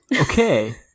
Okay